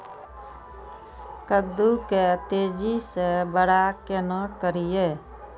कद्दू के तेजी से बड़ा केना करिए?